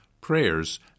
prayers